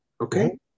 okay